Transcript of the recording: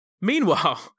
Meanwhile